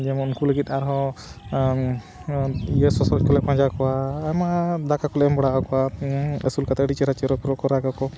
ᱡᱮᱢᱚᱱ ᱩᱱᱠᱩ ᱞᱟᱹᱜᱤᱫ ᱟᱨᱦᱚᱸ ᱤᱭᱟᱹ ᱥᱚᱥᱚᱨᱚᱡ ᱠᱚᱞᱮ ᱯᱟᱸᱡᱟ ᱠᱚᱣᱟ ᱟᱭᱢᱟ ᱫᱟᱠᱟ ᱠᱚᱞᱮ ᱮᱢ ᱵᱟᱲᱟᱣ ᱠᱚᱣᱟ ᱟᱹᱥᱩᱞ ᱠᱟᱛᱮᱫ ᱟᱹᱰᱤ ᱪᱮᱦᱨᱟ ᱪᱮᱨᱚ ᱵᱮᱨᱚ ᱠᱚ ᱨᱟᱜᱟ ᱠᱚ